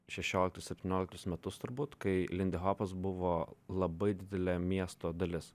šešioliktus septynioliktus metus turbūt kai lindihopas buvo labai didelė miesto dalis